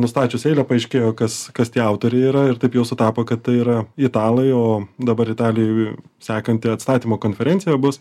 nustačius eilę paaiškėjo kas kas tie autoriai yra ir taip jau sutapo kad tai yra italai o dabar italijoj sakanti atstatymo konferencija bus